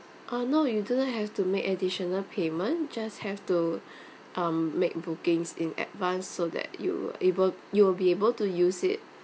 uh no you don't have to make additional payment just have to um make bookings in advance so that you will able you'll be able to use it